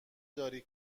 داری